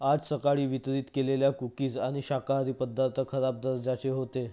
आज सकाळी वितरित केलेल्या कुकीज आणि शाकाहारी पदार्थ खराब दर्जाचे होते